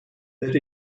that